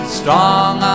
strong